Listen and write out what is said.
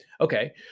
Okay